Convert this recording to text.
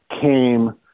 came